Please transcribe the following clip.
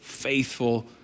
faithful